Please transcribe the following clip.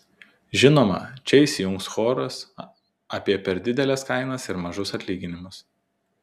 žinoma čia įsijungs choras apie per dideles kainas ir mažus atlyginimus